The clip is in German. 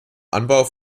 anbau